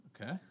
Okay